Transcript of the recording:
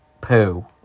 poo